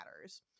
matters